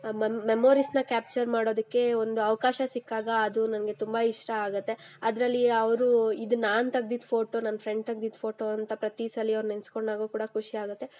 ಮೆಮೋರಿಸ್ನ capture ಮಾಡೋದಕ್ಕೆ ಒಂದು ಅವಕಾಶ ಸಿಕ್ಕಾಗ ಅದು ನನಗೆ ತುಂಬ ಇಷ್ಟ ಆಗುತ್ತೆ ಅದರಲ್ಲಿ ಅವರು ಇದು ನಾನು ತೆಗೆದಿದ್ದು ಫೋಟೋ ನನ್ನ ಫ್ರೆಂಡ್ ತೆಗೆದಿದ್ದು ಫೋಟೋ ಅಂತ ಪ್ರತಿ ಸಲ ಅವ್ರು ನೆನೆಸ್ಕೊಂಡಾಗ ಕೂಡ ಖುಷಿ ಆಗುತ್ತೆ